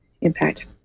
impact